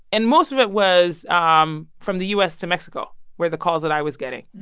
and most of it was um from the u s. to mexico were the calls that i was getting.